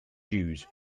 jews